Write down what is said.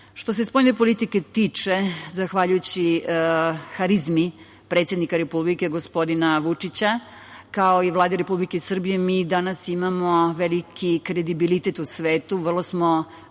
se spoljne politike tiče, zahvaljujući harizmi predsednika Republike gospodina Vučića, kao i Vladi Republike Srbije, mi danas imamo veliki kredibilitet u svetu, vrlo smo